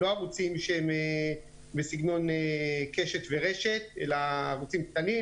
לא ערוצים שהם בסגנון קשת ורשת אלא ערוצים קטנים,